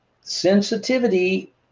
Sensitivity